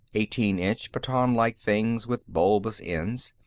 eighteen-inch batonlike things with bulbous ends.